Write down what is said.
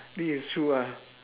this is true ah